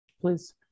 Please